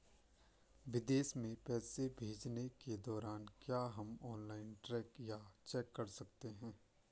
विदेश में पैसे भेजने के दौरान क्या हम ऑनलाइन ट्रैक या चेक कर सकते हैं?